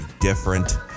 different